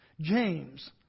James